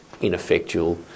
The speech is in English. ineffectual